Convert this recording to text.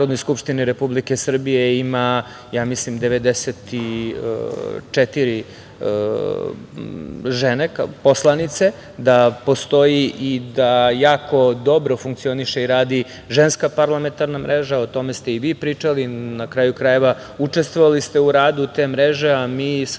ima, ja mislim, 94 poslanice, da postoji i da dobro funkcioniše i radi Ženska parlamentarna mreža. O tome ste i vi pričali. Na kraju, krajeva učestvovali ste u radu te mreže, a mi sa druge